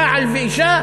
בעל ואישה